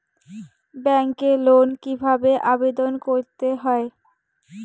ব্যাংকে লোন কিভাবে আবেদন করতে হয়?